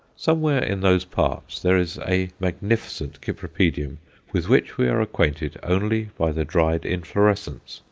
somewhere in those parts there is a magnificent cypripedium with which we are acquainted only by the dried inflorescence,